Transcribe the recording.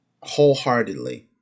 wholeheartedly